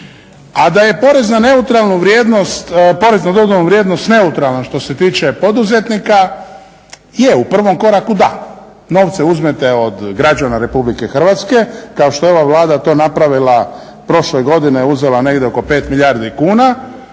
A da je porez na dodanu vrijednost neutralna što se tiče poduzetnika, je u prvom koraku da, novce uzmete od građana RH kao što je to ova Vlada napravila prošle godine, uzela negdje oko 5 milijardi kuna